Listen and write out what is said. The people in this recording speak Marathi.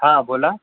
हां बोला